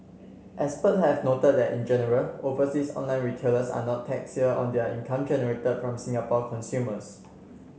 expert have noted that in general overseas online retailers are not taxed here on their income generated from Singapore consumers